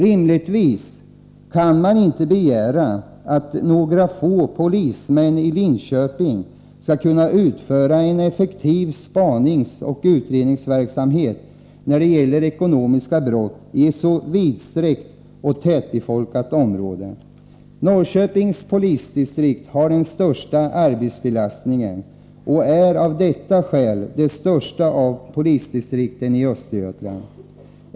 Rimligtvis kan man inte begära att några få polismän i Linköping skall kunna utföra en effektiv spaningsoch utredningsverksamhet när det gäller ekonomiska brott i ett så vidsträckt och tätbefolkat område. Norrköpings polisdistrikt har den största arbetsbelastningen och är av detta skäl det största av polisdistrikten i Östergötland.